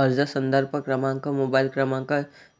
अर्ज संदर्भ क्रमांक, मोबाईल क्रमांक,